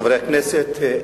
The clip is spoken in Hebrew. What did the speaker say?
חברי הכנסת,